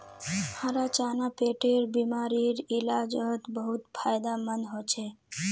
हरा चना पेटेर बिमारीर इलाजोत बहुत फायदामंद होचे